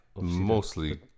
mostly